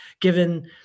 given